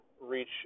reach